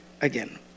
again